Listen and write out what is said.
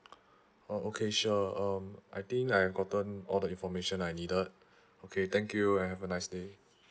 oh okay sure um I think I've gotten all the information I needed okay thank you and have a nice day